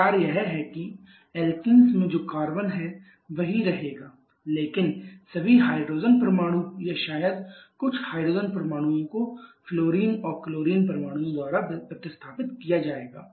विचार यह है कि एल्कीन में जो कार्बन है वही रहेगा लेकिन सभी हाइड्रोजन परमाणु या शायद कुछ हाइड्रोजन परमाणुओं को फ्लोरीन और क्लोरीन परमाणुओं द्वारा प्रतिस्थापित किया जाएगा